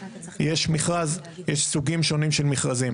יש מכרז, יש סוגים שונים של מכרזים.